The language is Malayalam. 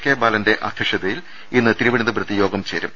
കെ ബാലന്റെ അധ്യക്ഷതയിൽ ഇന്ന് തിരുവനന്തപുരത്ത് യോഗം ചേരും